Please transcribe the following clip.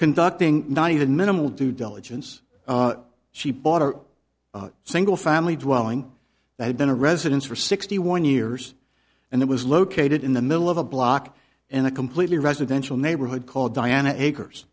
conducting not even minimal due diligence she bought a single family dwelling that had been a residence for sixty one years and it was located in the middle of a block in a completely residential neighborhood called dianna acres